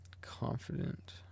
confident